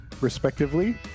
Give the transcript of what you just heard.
respectively